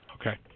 Okay